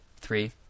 Three